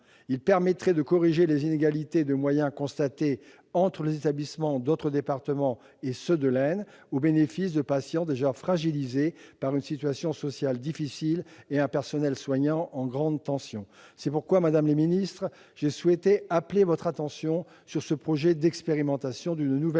Il permettrait de corriger les inégalités de moyens constatées entre les établissements d'autres départements et ceux de l'Aisne, au bénéfice de patients déjà fragilisés par une situation sociale difficile et un personnel soignant en grande tension. C'est pourquoi j'ai souhaité appeler votre attention, madame la secrétaire d'État, sur ce projet d'expérimentation d'une nouvelle